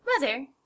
Mother